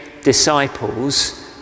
disciples